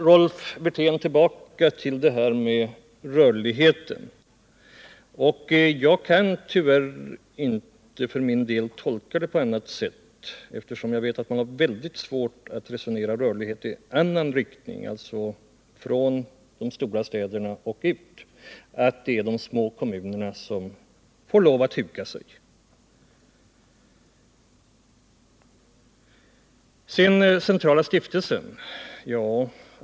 Rolf Wirtén kommer tillbaka till rörligheten på arbetsmarknaden, men jag kan för min del tyvärr inte tolka honom på något annat sätt än jag gjort, eftersom jag vet att man har oerhört svårt att resonera om rörlighet i någon annan riktning än till de stora städerna så är det bara för de små kommunerna att huka sig. Centrala stiftelsen för skyddat arbete vill jag också säga någonting om.